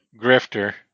Grifter